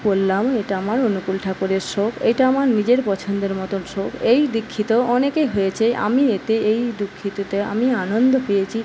করলাম এটা আমার অনুকূল ঠাকুরের শ্লোক এটা আমার নিজের পছন্দের মতন শ্লোক এই দীক্ষিত অনেকে হয়েছে আমি এতে এই দীক্ষিততে আমি আনন্দ পেয়েছি